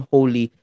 Holy